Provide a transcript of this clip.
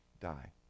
Die